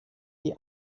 die